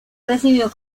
recibió